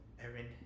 Erin